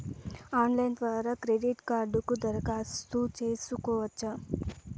Online ద్వారా credit కార్డుకు దరఖాస్తు సేసుకోవచ్చా?